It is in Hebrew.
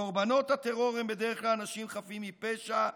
קורבנות הטרור הם בדרך כלל אנשים חפים מפשע.